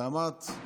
ואמרת,